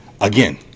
again